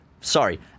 Sorry